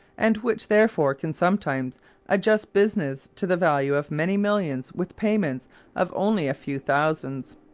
and which therefore can sometimes adjust business to the value of many millions with payments of only a few thousands.